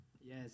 yes